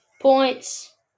Points